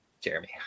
jeremy